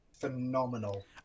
phenomenal